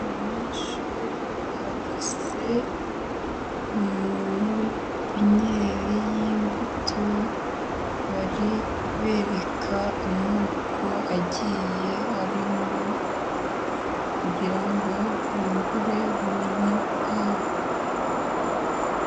Abanyeshuri bahagaze muri pipinyeri y'imbuto, bari kubereka amoko agiye arimo kugira ngo bungure ubumenyi bwabo.